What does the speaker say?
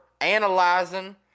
analyzing